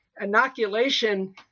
inoculation